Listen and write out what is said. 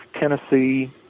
Tennessee